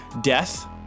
death